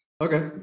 Okay